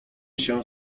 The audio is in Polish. się